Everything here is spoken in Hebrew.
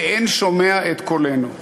ואין שומע את קולנו.